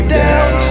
down